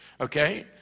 Okay